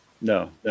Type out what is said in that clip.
No